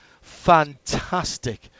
fantastic